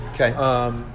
Okay